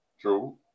True